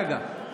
רגע,